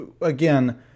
Again